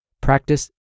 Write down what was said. Practice